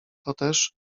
toteż